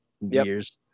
years